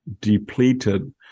depleted